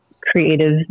creative